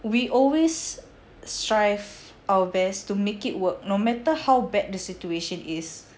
we always strive our best to make it work no matter how bad the situation is